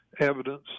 evidence